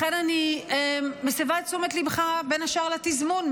לכן אני מסיבה את תשומת ליבך בין השאר לתזמון,